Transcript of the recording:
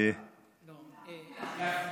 גפני,